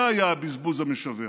זה היה הבזבוז המשווע.